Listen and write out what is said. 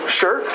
sure